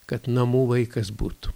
kad namų vaikas būtų